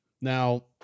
Now